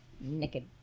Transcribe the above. Naked